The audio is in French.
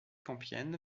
compiègne